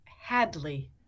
hadley